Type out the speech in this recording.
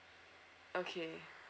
okay